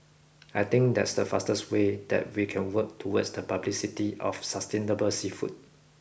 I think that's the fastest way that we can work towards the publicity of sustainable seafood